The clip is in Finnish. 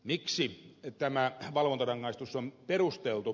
miksi tämä valvontarangaistus on perusteltu